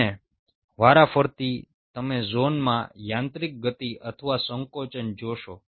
અને વારાફરતી તમે ઝોનમાં યાંત્રિક ગતિ અથવા સંકોચન જોશો